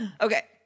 okay